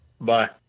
Bye